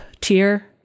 tier